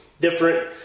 different